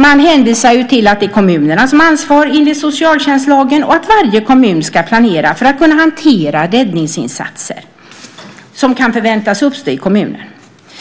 Man hänvisar till att det är kommunerna som har ansvar enligt socialtjänstlagen och att varje kommun ska planera för att kunna hantera räddningsinsatser som kan förväntas uppstå i kommunen.